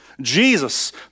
Jesus